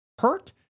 hurt